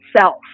self